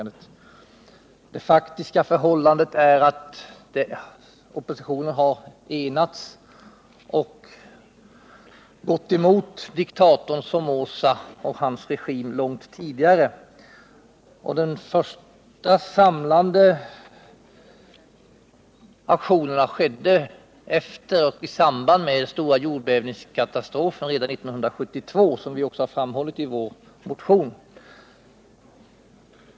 Det faktiska förhållandet är att oppositionen har enats och gått emot diktatorn Somoza och hans regim långt tidigare. Den första samlade aktionen skedde i samband med den stora jordbävningskatastrofen, redan 1972, som vi också har framhållit i vår motion.